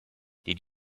did